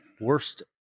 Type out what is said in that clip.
Worst